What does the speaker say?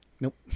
Nope